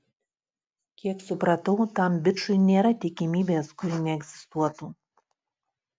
kiek supratau tam bičui nėra tikimybės kuri neegzistuotų